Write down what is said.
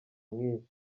mwinshi